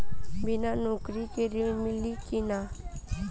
बिना नौकरी के ऋण मिली कि ना?